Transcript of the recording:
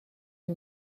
yng